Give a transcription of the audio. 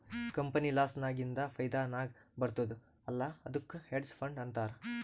company loss ನಾಗಿಂದ್ ಫೈದಾ ನಾಗ್ ಬರ್ತುದ್ ಅಲ್ಲಾ ಅದ್ದುಕ್ ಹೆಡ್ಜ್ ಫಂಡ್ ಅಂತಾರ್